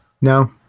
no